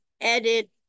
edit